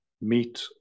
meet